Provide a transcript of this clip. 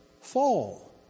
fall